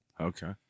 Okay